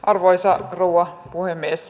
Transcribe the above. arvoisa rouva puhemies